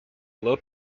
low